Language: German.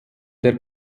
der